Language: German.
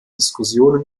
diskussionen